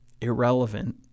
irrelevant